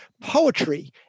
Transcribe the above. poetry